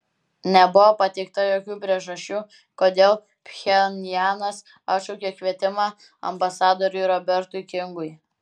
nebuvo pateikta jokių priežasčių kodėl pchenjanas atšaukė kvietimą ambasadoriui robertui kingui